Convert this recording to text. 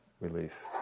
relief